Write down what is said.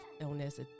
illness